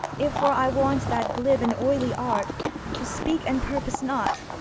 if for i want that glib and oily art to speak and purpose not,